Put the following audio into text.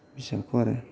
बिजाबखौ आरो